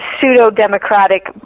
pseudo-democratic